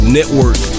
Network